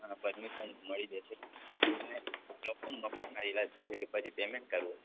અને પરમિશન મળી જશે અને એકદમ મફતના ઈલાજ થશે કે પછી પેમેન્ટ કરવું